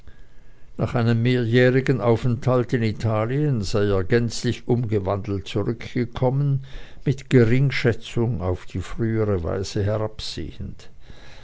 nach einem mehrjährigen aufenthalt in italien sei er gänzlich umgewandelt zurückgekommen mit geringschätzung auf die frühere weise herabsehend